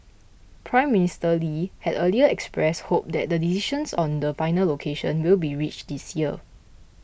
Prime Minister Lee had earlier expressed hope that the decision on the final location will be reached this year